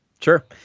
Sure